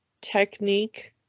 technique